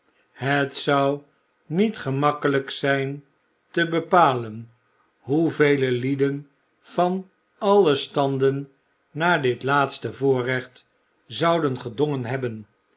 het zou niet gemakkelijk zijn te bepalen hoevele lieden van alle standen naar dit laatste voorrecht zouden gedongen hebben